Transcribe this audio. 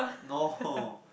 no